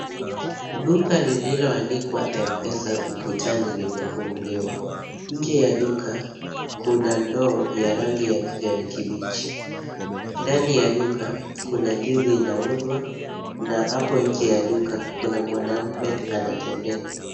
Duka lililoandikwa "M-PESA" ukutani limefunguliwa. Nje ya duka kuna ndoo ya rangi ya kijani kibichi. Ndani ya duka kuna ndizi inauzwa, na hapo nje ya duka kuna mwanamume anatembea.